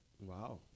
Wow